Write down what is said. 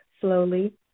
slowly